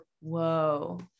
whoa